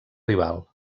rival